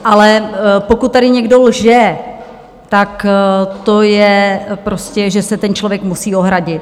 Ale pokud tady někdo lže, tak to je prostě, že se ten člověk musí ohradit.